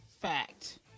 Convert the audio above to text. Fact